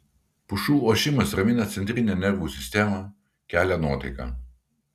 pušų ošimas ramina centrinę nervų sistemą kelia nuotaiką